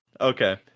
Okay